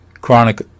chronic